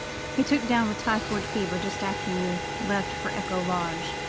he took down with typhoid fever just after you left for echo lodge.